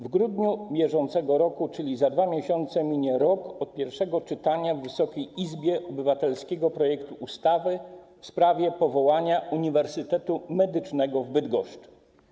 W grudniu br., czyli za 2 miesiące, minie rok od pierwszego czytania w Wysokiej Izbie obywatelskiego projektu ustawy w sprawie powołania Uniwersytetu Medycznego w Bydgoszczy.